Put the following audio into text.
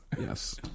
Yes